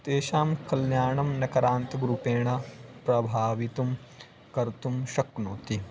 तेषां कल्याणं नकरान्तक् रूपेण प्रभावितुं कर्तुं शक्नोति